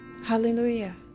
Hallelujah